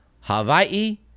Hawaii